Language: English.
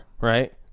right